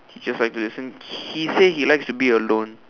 he just like listens he say he likes to be alone